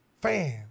fans